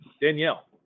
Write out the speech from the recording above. Danielle